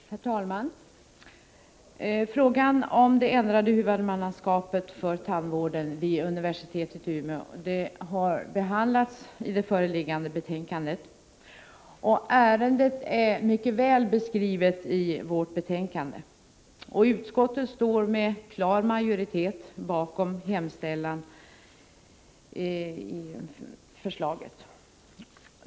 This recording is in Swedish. Herr talman! Frågan om det ändrade huvudmannaskapet för tandvården vid universitetet i Umeå har behandlats i det föreliggande betänkandet. Ärendet beskrivs där mycket väl. Utskottet står med klar majoritet bakom hemställan i betänkandet.